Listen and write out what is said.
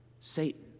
Satan